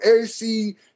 AC